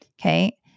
Okay